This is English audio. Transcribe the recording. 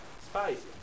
spicy